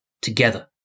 together